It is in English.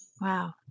Wow